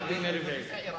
רק בימי רביעי.